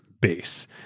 base